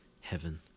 Heaven